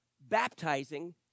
baptizing